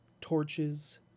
torches